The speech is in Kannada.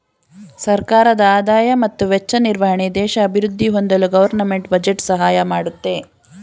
ಸರ್ಕಾರದ ಆದಾಯ ಮತ್ತು ವೆಚ್ಚ ನಿರ್ವಹಣೆ ದೇಶ ಅಭಿವೃದ್ಧಿ ಹೊಂದಲು ಗೌರ್ನಮೆಂಟ್ ಬಜೆಟ್ ಸಹಾಯ ಮಾಡುತ್ತೆ